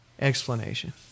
explanation